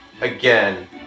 Again